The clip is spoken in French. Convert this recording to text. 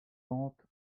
pentes